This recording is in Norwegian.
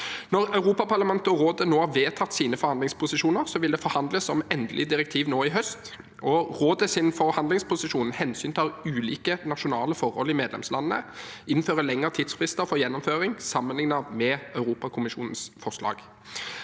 Når Europaparlamentet og Rådet nå har vedtatt sine forhandlingsposisjoner, vil det forhandles om endelig direktiv nå i høst. Rådets forhandlingsposisjon hensyntar ulike nasjonale forhold i medlemslandene og innfører lengre tidsfrister for gjennomføring sammenlignet med Europakommisjonens forslag.